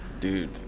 Dude